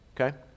okay